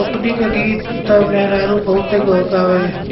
रोपनी क गीत त मेहरारू बहुते गावेलीन